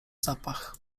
zapach